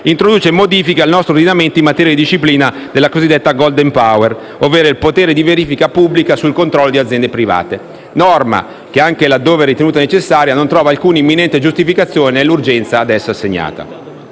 introduce modifiche al nostro ordinamento in materia di disciplina della cosiddetta *golden power* ovvero il potere di verifica pubblica sul controllo di aziende private. Norma che, anche laddove ritenute necessaria, non trova alcuna imminente giustificazione dell'urgenza ad esse assegnata.